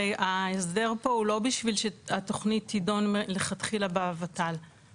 הרי ההסדר פה הוא לא בשביל שהתוכנית תידון מלכתחילה בוות"ל,